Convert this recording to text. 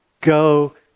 go